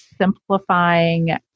simplifying